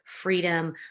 freedom